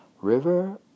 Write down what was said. River